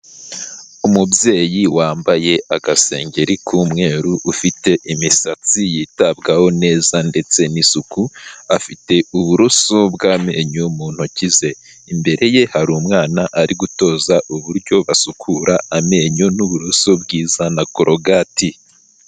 Umubyeyi wambaye agasengeri k'umweru ufite imisatsi yitabwaho neza ndetse n'isuku, afite uburoso bw'amenyo mu ntoki ze, imbere ye hari umwana ari gutoza uburyo basukura amenyo n'uburuso bwiza na korogati.